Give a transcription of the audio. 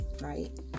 right